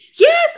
Yes